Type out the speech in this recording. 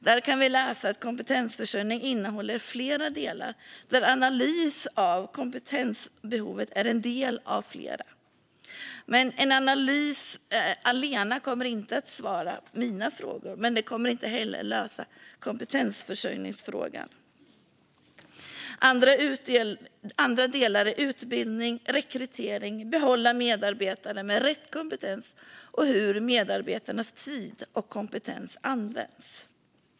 Där kan vi läsa att kompetensförsörjning innehåller flera delar där analys av kompetensbehovet är en del. Men en analys allena kommer inte att kunna besvara mina frågor eller lösa kompetensförsörjningsfrågan. Andra delar är utbildning, rekrytering, att behålla medarbetare med rätt kompetens och hur medarbetarnas tid och kompetens används.